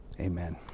Amen